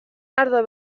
ardo